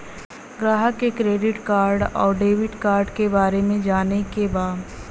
ग्राहक के credit card और डेविड कार्ड के बारे में जाने के बा?